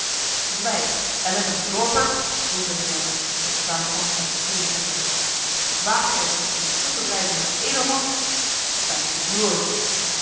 zwijg ellendige dorper bulderde jan het zwaard thans uit de scheede trekkende waag jij het den spot te drijven met een edelman bij